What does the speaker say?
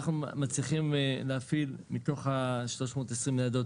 אנחנו מצליחים להפעיל מתוך ה-320 ניידות